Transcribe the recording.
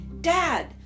dad